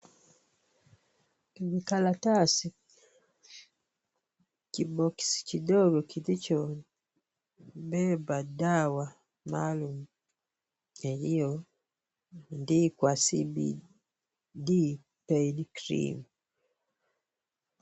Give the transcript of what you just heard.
Kijikarataasi, kiboksi kidogo kilichobeba dawa maalum yaliyoandikwa Cbd Pain Cream.